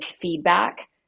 feedback